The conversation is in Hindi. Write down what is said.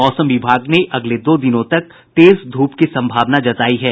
मौसम विभाग ने अगले दो दिनों तक तेज धूप की संभावना जतायी है